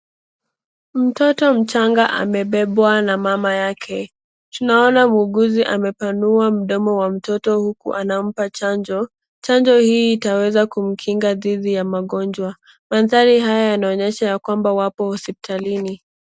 Mtoto mchanga amebebwa na mama yake. Tunaona muuguzi amepanua mdomo wa mtoto huku anampa chanjo. Chanjo hii itaweza kumkinga didhi ya magonjwa. Mandhari haya yanaonyesha kwamba wapo hospitalini.